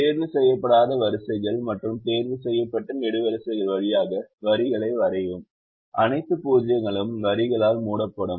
தேர்வு செய்யப்படாத வரிசைகள் மற்றும் தேர்வு செய்யப்பட்ட நெடுவரிசைகள் வழியாக வரிகளை வரையவும் அனைத்து 0 களும் வரிகளால் மூடப்படும்